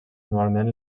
anualment